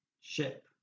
ship